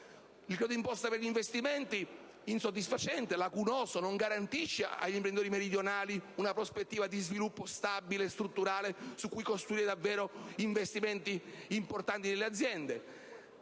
Il credito d'imposta per gli investimenti, insoddisfacente e lacunoso, non garantisce agli imprenditori meridionali una prospettiva di sviluppo stabile e strutturale su cui costruire davvero gli investimenti importanti delle aziende.